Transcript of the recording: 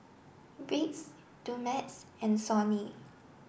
Vicks Dumex and Sony